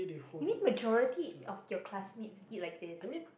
you mean majority of your classmates eat like this